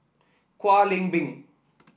Kwek Leng Beng